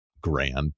grand